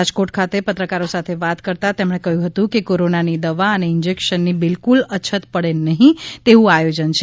રાજકોટ ખાતે પત્રકારો સાથે વાત કરતાં તેમણે કહ્યું હતું કે કોરોનાની દવા અને ઈજેકશનની બિલકુલ અછત પડે નહીં તેવું આયોજન છે